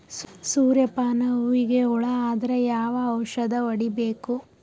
ಸೂರ್ಯ ಪಾನ ಹೂವಿಗೆ ಹುಳ ಆದ್ರ ಯಾವ ಔಷದ ಹೊಡಿಬೇಕು?